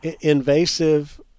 invasive